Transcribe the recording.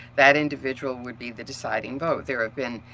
that individual would be the deciding vote. there have been